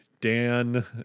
Dan